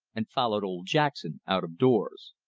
and followed old jackson out of doors.